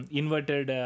inverted